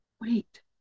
wait